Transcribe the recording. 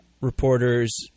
reporters